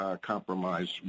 compromise